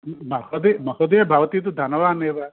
महोदये महोदये भवती तु धनवती एव